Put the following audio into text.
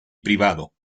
privado